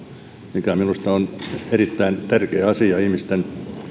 mikä minusta on erittäin tärkeä asia ihmisten